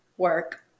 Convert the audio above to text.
work